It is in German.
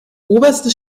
oberste